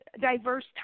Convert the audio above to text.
diverse